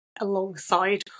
alongside